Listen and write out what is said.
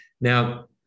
Now